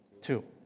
Two